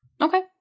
Okay